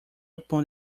upon